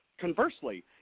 Conversely